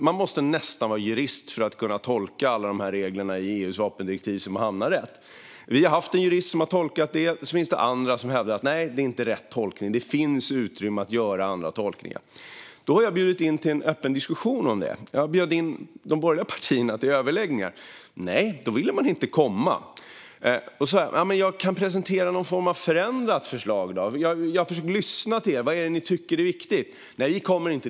Man måste nästan vara jurist för att kunna tolka alla regler i EU:s vapendirektiv så att man hamnar rätt. Vi har haft en jurist som har tolkat det. Sedan finns det andra som hävdar: Nej, det är inte rätt tolkning. Det finns utrymme att göra andra tolkningar. Då har jag bjudit in till en öppen diskussion om detta. Jag bjöd in de borgerliga partierna till överläggningar. Nej, då ville man inte komma. Jag sa: Jag kan då presentera någon form av förändrat förslag när jag har försökt lyssna till er. Vad är det ni tycker är viktigt? Nej, vi kommer inte.